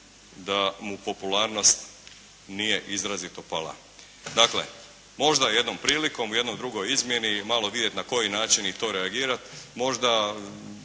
da mu popularnost nije izrazito pala. Dakle, možda jednom prilikom u jednoj drugoj izmjeni malo vidjeti na koji način i to reagira. Možda